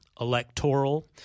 electoral